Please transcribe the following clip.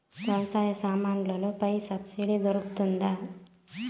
వ్యవసాయ సామాన్లలో పై సబ్సిడి దొరుకుతుందా?